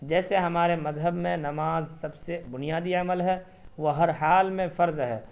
جیسے ہمارے مذہب میں نماز سب سے بنیادی عمل ہے وہ ہر حال میں فرض ہے